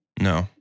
No